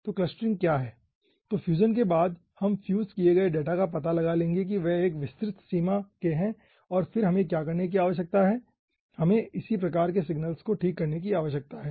तो क्लस्टरिंग क्या है तो फ्यूजन के बाद हम फ्यूज किए गए डेटा का पता लगा लेंगे कि वे एक विस्तृत सीमा के हैं तो फिर हमें क्या करने की आवश्यकता है हमें इसी प्रकार के सिग्नल्स को ठीक करने की आवश्यकता है